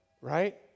right